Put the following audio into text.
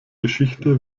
geschichte